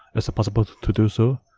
is it possible to do so?